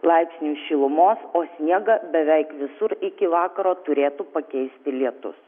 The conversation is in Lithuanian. laipsnių šilumos o sniegą beveik visur iki vakaro turėtų pakeisti lietus